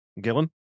Gillen